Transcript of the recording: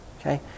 Okay